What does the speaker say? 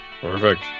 Perfect